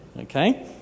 okay